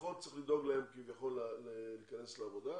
פחות צריך לדאוג להם כביכול להיכנס לעבודה,